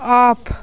off